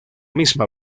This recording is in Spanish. misma